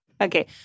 Okay